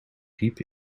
griep